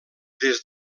des